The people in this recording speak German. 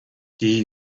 die